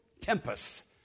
tempest